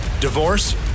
Divorce